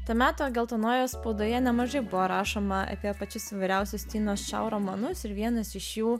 to meto geltonojoje spaudoje nemažai buvo rašoma apie pačius įvyriausius tinos čiau romanus ir vienas iš jų